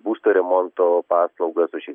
būstų remonto paslaugas už